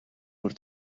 бүр